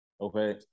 Okay